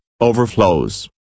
overflows